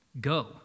Go